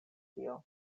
tio